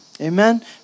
Amen